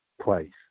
place